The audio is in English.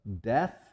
death